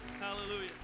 Hallelujah